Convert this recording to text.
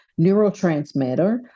neurotransmitter